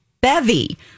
bevy